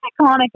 iconic